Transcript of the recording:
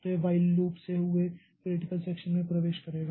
तो यह while loop से हुए क्रिटिकल सेक्षन में प्रवेश करेगा